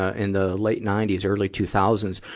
ah in the late ninety s, early two thousand